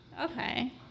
Okay